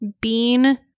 bean